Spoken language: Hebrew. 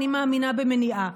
אני מאמינה במניעה.